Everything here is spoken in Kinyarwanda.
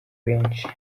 benshi